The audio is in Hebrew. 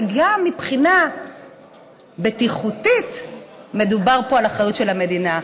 וגם מבחינה בטיחותית מדובר פה על אחריות של המדינה.